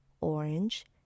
orange